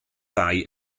ddau